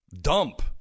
dump